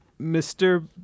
Mr